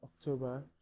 october